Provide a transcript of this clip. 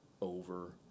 over